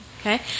Okay